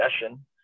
session